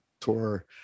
tour